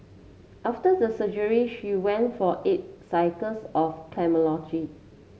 after the surgery she went for eight cycles of